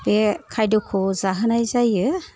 बे खायद'खौ जाहोनाय जायो